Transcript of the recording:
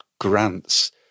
grants